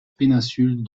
péninsule